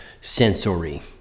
sensory